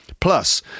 Plus